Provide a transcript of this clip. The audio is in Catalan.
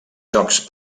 jocs